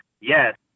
yes